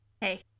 Hey